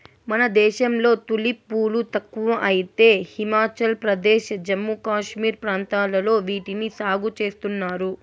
మన దేశంలో తులిప్ పూలు తక్కువ అయితే హిమాచల్ ప్రదేశ్, జమ్మూ కాశ్మీర్ ప్రాంతాలలో వీటిని సాగు చేస్తున్నారు